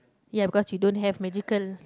ya because we don't have magical